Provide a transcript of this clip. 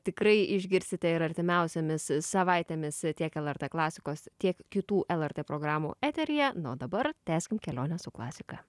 tikrai išgirsite ir artimiausiomis savaitėmis tiek lrt klasikos tiek kitų lrt programų eteryje na o dabar tęskime kelionę su klasika